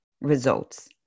results